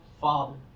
Father